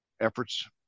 efforts